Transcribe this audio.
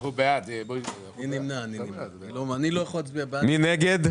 מי נגד?